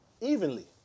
Evenly